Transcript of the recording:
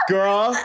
Girl